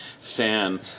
fan